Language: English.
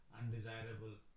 undesirable